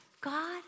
God